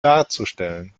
darzustellen